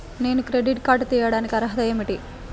నేను credit card తీయడానికి అర్హత ఏమిటి?